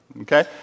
okay